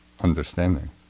understanding